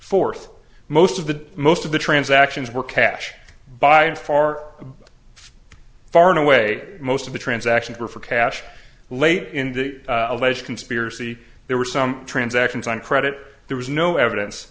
fourth most of the most of the transactions were cash by a far far away most of the transactions were for cash late in the alleged conspiracy there were some transactions on credit there was no evidence